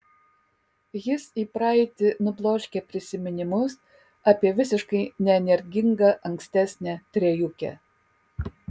jis į praeitį nubloškia prisiminimus apie visiškai neenergingą ankstesnę trejukę